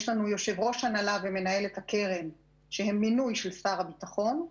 יש לנו יושב-ראש הנהלה ומנהלת קרן שהם מינוי של שר הביטחון.